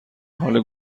حال